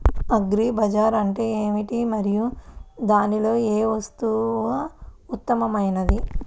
Agri Bazaar అంటే ఏమిటి మరియు దానిలో ఏ వస్తువు ఉత్తమమైనది?